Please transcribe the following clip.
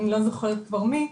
אני לא זוכרת כבר מי,